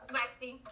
Lexi